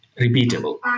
repeatable